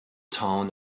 town